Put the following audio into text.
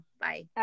Bye